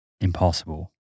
Impossible